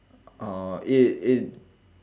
uh it it